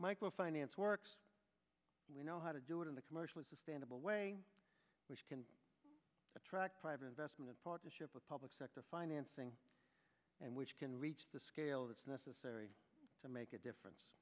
micro finance work we know how to do it in the commercial sustainable way which can attract private investment partnership with public sector financing and which can reach the scale that's necessary to make a difference